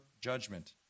judgment